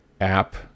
app